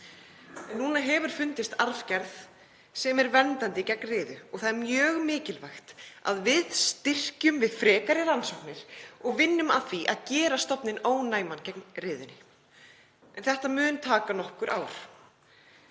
en núna hefur fundist arfgerð sem er verndandi gegn riðu. Mjög mikilvægt er að við styðjum við frekari rannsóknir og vinnum að því að gera stofninn ónæman gegn riðunni. Þetta mun taka nokkur ár.